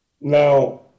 Now